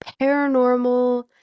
paranormal